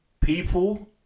people